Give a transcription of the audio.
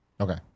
Okay